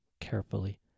carefully